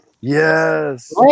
yes